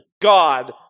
God